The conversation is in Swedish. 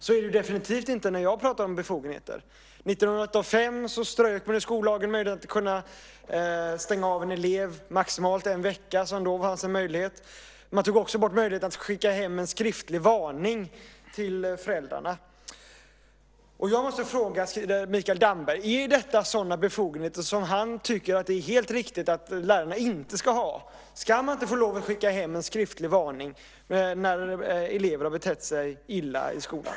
Så är det definitivt inte när jag pratar om befogenheter. 1985 strök man möjligheten i skollagen att stänga av en elev maximalt en vecka. Man tog också bort möjligheten att skicka hem en skriftlig varning till föräldrarna. Jag måste fråga Mikael Damberg: Är detta sådana befogenheter som han tycker att det är helt riktigt att lärarna inte ska ha? Ska man inte få skicka hem en skriftlig varning när elever har betett sig illa i skolan?